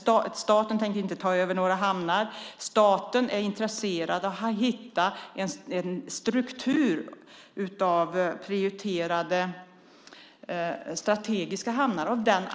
Staten tänker inte ta över några hamnar. Staten är intresserad av att hitta en struktur av prioriterade strategiska hamnar.